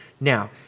Now